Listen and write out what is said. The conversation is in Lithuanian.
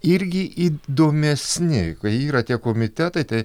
irgi įdomesi kai yra tie komitetai tai